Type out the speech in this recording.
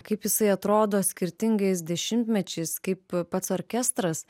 kaip jisai atrodo skirtingais dešimtmečiais kaip pats orkestras